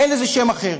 אין לזה שם אחר.